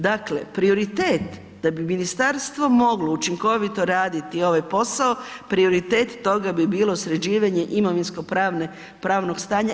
Dakle prioritet da bi ministarstvo moglo učinkovito raditi ovaj posao, prioritet toga bi sređivanje imovinsko-pravnog stanja.